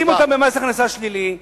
שים אותם במס הכנסה שלילי,